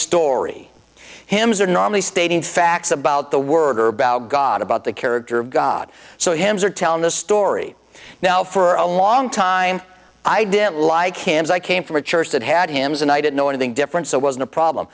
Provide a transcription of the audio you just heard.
story hymns are normally stating facts about the world or about god about the character of god so hymns are telling the story now for a long time i didn't like him as i came from a church that had him and i didn't know anything different so it wasn't a problem